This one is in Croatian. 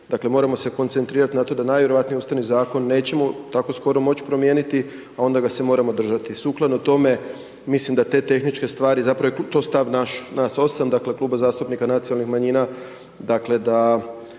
Dakle, moramo se koncentrirat na to da najvjerojatnije Ustavni zakon nećemo tako skoro moć' promijeniti, a onda ga se moramo držati. Sukladno tome, mislim da te tehničke stvari zapravo, to je stav naš, nas osam, dakle Kluba zastupnika nacionalnih manjina, dakle, da,